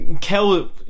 Kel